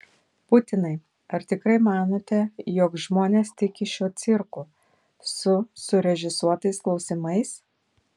putinai ar tikrai manote jog žmonės tiki šiuo cirku su surežisuotais klausimais